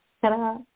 Ta-da